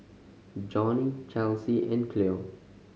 Jonnie Chelsie and Cleo